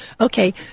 Okay